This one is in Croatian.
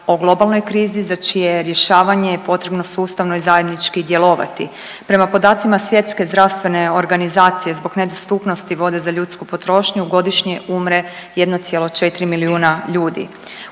o globalnoj krizi za čije rješavanje je potrebno sustavno i zajednički djelovati. Prema podacima SZO zbog nedostupnosti za ljudsku potrošnju godišnje umre 1,4 milijuna ljudi.